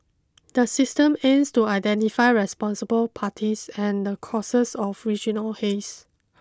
the system is to identify responsible parties and the causes of regional haze